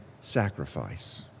sacrifice